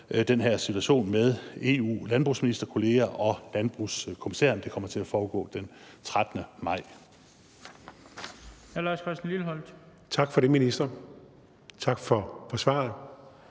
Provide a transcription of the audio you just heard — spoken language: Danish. den her situation med EU-landbrugsministerkolleger og landbrugskommissæren. Det kommer til at foregå den 13. maj.